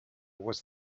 was